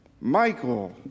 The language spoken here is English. Michael